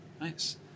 nice